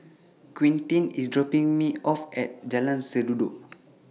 Quinten IS dropping Me off At Jalan Sendudok